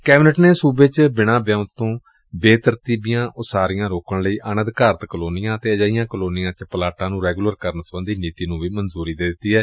cabinet ਨੇ ਸੁਬੇ ਚ ਬਿਨਾਂ ਵਿਉਂਤ ਤੋਂ ਬੇਤਰਤੀਬੀਆਂ ਉਸਾਰੀਆਂ ਰੋਕਣ ਲਈ ਅਣ ਅਧਿਕਾਰਤ ਕਲੋਨੀਆਂ ਅਤੇ ਅਜਿਹੀਆਂ ਕਲੋਨੀਆਂ ਚ ਪਲਾਟਾਂ ਨੂੰ ਰੈਗੁਲਰ ਕਰਨ ਸਬੰਧੀ ਨੀਤੀ ਨੂੰ ਵੀ ਮਨਜੁਰੀ ਦੇ ਦਿੱਤੀ ਏ